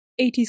80s